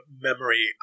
memory